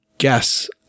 guess